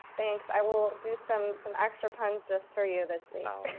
thanks. i will do some some extra puns just for you this week. oh,